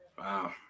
Wow